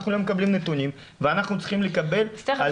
אנחנו לא מקבלים נתונים ואנחנו צריכים לקבל על סמך --- תיכף.